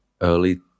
early